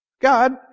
God